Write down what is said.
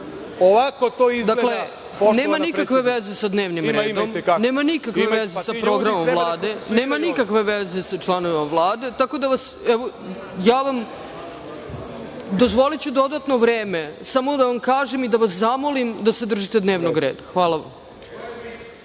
**Ana Brnabić** Dakle, nema nikakve veze sa dnevnim redom, nema nikakve veze sa programom Vlade, nema nikakve veze sa članovima Vlade, tako da vas, evo dozvoliću dodatno vreme samo da vam kažem i da vas zamolim da se držite dnevnog reda. Hvala vam.